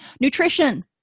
Nutrition